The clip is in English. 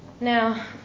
Now